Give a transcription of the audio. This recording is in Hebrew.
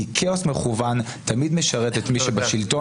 כי כאוס מכוון תמיד משרת את מי שבשלטון